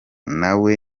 nawe